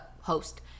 host